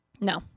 No